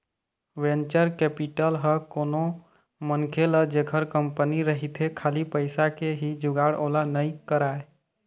venture capital ह कोनो मनखे ल जेखर कंपनी रहिथे खाली पइसा के ही जुगाड़ ओला नइ कराय